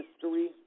history